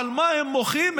על מה הם מוחים?